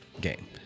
game